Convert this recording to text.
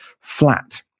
flat